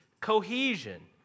cohesion